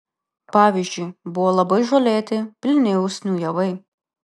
pavyzdžiui buvo labai žolėti pilni usnių javai